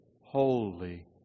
holy